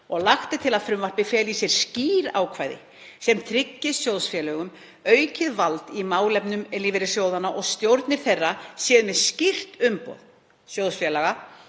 Lagt er til að frumvarpið feli í sér skýr ákvæði sem tryggi sjóðfélögum aukið vald í málefnum lífeyrissjóðanna, að stjórnir þeirra séu með skýrt umboð sjóðfélaga,